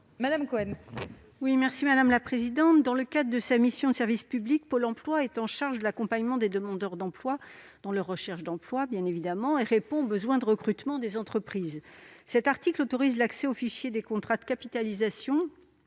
parole est à Mme Laurence Cohen. Dans le cadre de sa mission de service public, Pôle emploi est chargé de l'accompagnement des demandeurs d'emploi dans leur recherche d'emploi et répond aux besoins de recrutement des entreprises. L'article 46 autorise l'accès au fichier des contrats de capitalisation